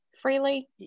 freely